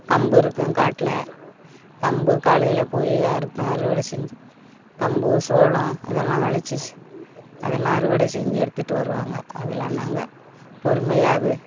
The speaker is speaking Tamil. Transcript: கம்பு இருக்கும் காட்டில கம்பு காலையில் போய் அறுத்தேன் அறுவடை செஞ்சு கம்பு சோளம் இதெல்லாம் விளச்சி அதெலாம் அறுவடை செஞ்சு எடுத்துகிட்டு வருவாங்கள் அதெலாம் நாங்கள் பொறுமையாக அது